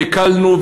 והקלנו,